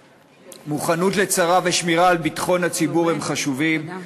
מוכנות לצרה ושמירה על ביטחון הציבור הן חשובות,